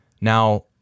Now